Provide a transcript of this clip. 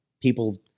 people